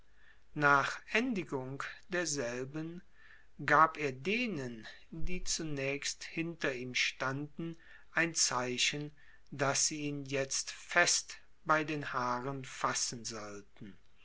nach endigung derselben gab er denen die zunächst hinter ihm standen ein zeichen daß sie ihn jetzt fest bei den haaren fassen sollten